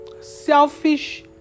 Selfish